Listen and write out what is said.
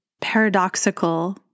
paradoxical